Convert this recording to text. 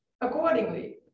accordingly